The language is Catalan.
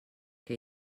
què